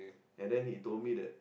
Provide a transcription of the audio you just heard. and then he told me that